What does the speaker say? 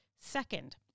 second